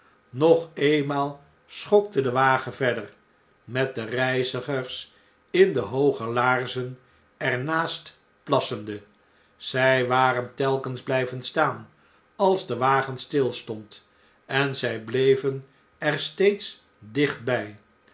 nog eenmaal schokte de wagen verder met de reizigers in de hooge laarzen er naast plassende zij waren telkens bljjven staan als de wagen stilstond en zjj bleven er steeds dicht